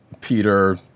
Peter